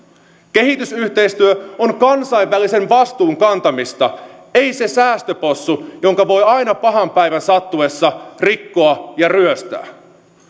kehitysyhteistyö on kansainvälisen vastuun kantamista ei se säästöpossu jonka voi aina pahan päivän sattuessa rikkoa ja ryöstää